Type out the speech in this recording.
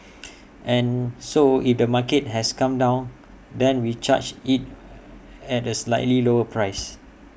and so if the market has come down then we charge IT at A slightly lower price